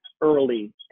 early